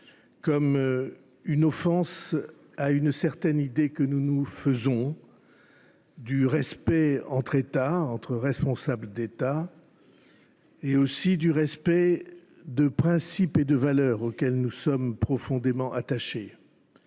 comme une offense à une certaine idée que nous nous faisons du respect entre États, entre responsables d’État, mais aussi du respect de principes et de valeurs auxquels nous sommes profondément attachés